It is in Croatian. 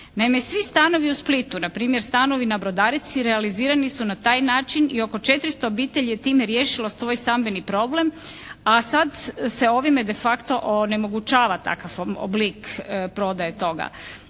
svi stanovi u Splitu npr. stanovi na Brodarici realizirani su na taj način i oko 400 obitelji je time riješilo svoj stambeni problem, a sada se ovime de facto onemogućava takav oblik prodaje toga.